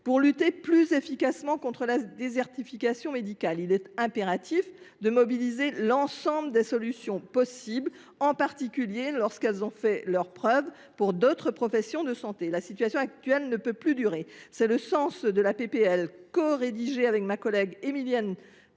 Pour lutter plus efficacement contre la désertification médicale, il est impératif de mobiliser l’ensemble des solutions possibles, en particulier lorsqu’elles ont fait leurs preuves pour d’autres professions de santé. La situation actuelle ne peut plus durer. Tel est le sens de la proposition de loi que j’ai corédigée avec ma collègue Émilienne Poumirol